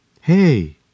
Hey